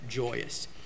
joyous